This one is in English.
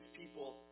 people